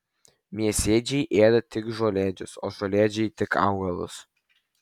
mėsėdžiai ėda tik žolėdžius o žolėdžiai tik augalus